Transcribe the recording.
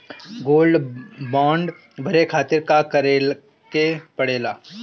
Gold bond भरे खातिर का करेके पड़ेला?